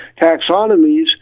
taxonomies